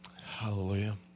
Hallelujah